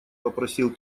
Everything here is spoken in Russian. попросил